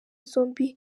zombi